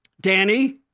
Danny